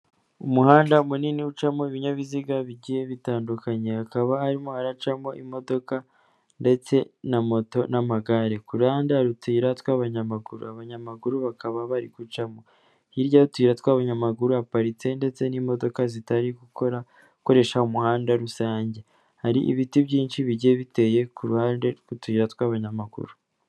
Umuhanda munini ucamo ibinyabiziga bigiye bitandukanye, hakaba harimo haracamo imodoka, ndetse na moto, n'amagare, kurahande hari utuyira tw'abanyamaguru, abanyamaguru bakaba bari gucamo, hirya y'utuyira tw'abanyamaguru haparitse ndetse n'imodoka zitari gukorakoresha umuhanda rusange, hari ibiti byinshi bigiye biteye ku ruhande rw'utuyira tw'abanyamaguru.